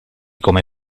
come